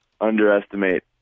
underestimate